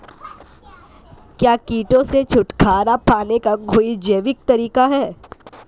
क्या कीटों से छुटकारा पाने का कोई जैविक तरीका है?